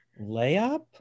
Layup